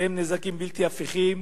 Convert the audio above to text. הם נזקים בלתי הפיכים,